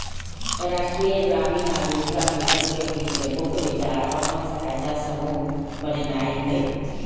राष्ट्रीय ग्रामीण आजीविका मिशन के पाछे मुख्य विचार अप्पन सहायता समूह बनेनाइ हइ